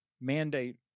mandate